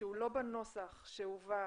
שהוא לא בנוסח שהובא